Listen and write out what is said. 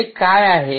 ते काय आहे